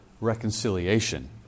reconciliation